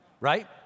Right